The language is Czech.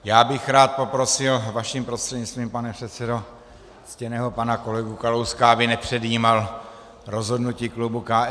Rád bych poprosil vaším prostřednictvím, pane předsedo, ctěného pana kolegu Kalouska, aby nepředjímal rozhodnutí klubu KSČM.